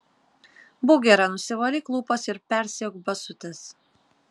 būk gera nusivalyk lūpas ir persiauk basutes